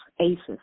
aces